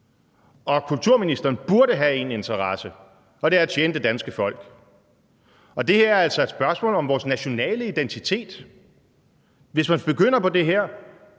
Og kulturministeren burde have én interesse, nemlig at tjene det danske folk. Det her er altså et spørgsmål om vores nationale identitet. Hvis man begynder på det her,